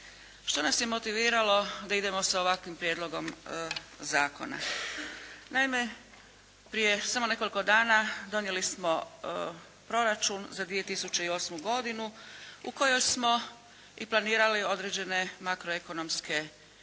Što nas je motiviralo da idemo sa ovakvim prijedlogom zakona? Naime, prije samo nekoliko dana donijeli smo proračun za 2008. godinu u kojem smo i planirali određene makroekonomske pokazatelje.